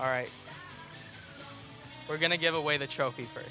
all right we're going to give away the trophy